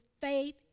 faith